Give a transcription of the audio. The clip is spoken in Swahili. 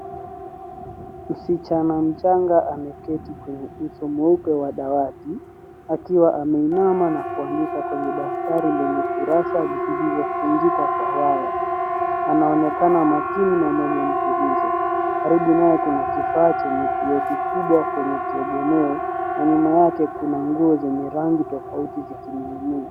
Msichana mchanga ameketi kwenye uso mweupe wa dawati akiwa ameinama na kuandika kwenye daftari lenye kurasa lililofungika kwa waya. Anaonekana makini na mwenye mtulizo. Karibu naye kuna kifaa chenye kioo kikubwa kwenye kiegemeo na nyuma yake kuna nguo zyenye rangi tofauti zikining'inia.